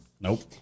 Nope